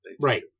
Right